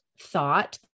thought